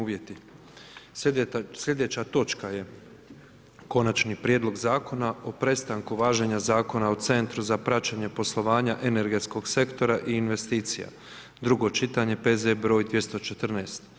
Sljedeća točka je: - Konačni prijedlog zakona o prestanku važenja Zakona o Centru za praćenje poslovanja energetskog sektora i investicija, drugo čitanje, P.Z. broj 214.